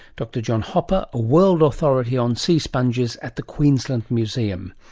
dr. john hooper, a world authority on sea sponges at the queensland museum.